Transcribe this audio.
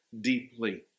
deeply